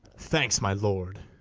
thanks, my lord.